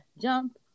jump